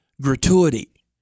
gratuity